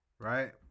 right